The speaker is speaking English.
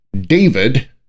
David